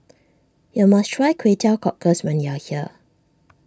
you must try Kway Teow Cockles when you are here